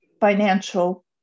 financial